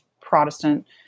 Protestant